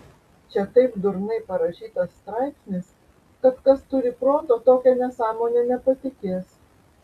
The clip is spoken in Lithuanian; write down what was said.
čia taip durnai parašytas straipsnis kad kas turi proto tokia nesąmone nepatikės